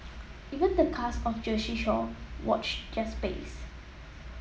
even the cast of Jersey Shore watch their space